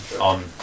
on